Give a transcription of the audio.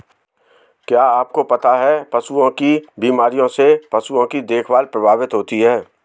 क्या आपको पता है पशुओं की बीमारियों से पशुओं की देखभाल प्रभावित होती है?